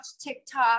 TikTok